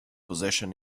possession